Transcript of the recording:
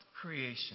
creation